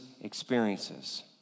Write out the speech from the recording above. experiences